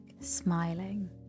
smiling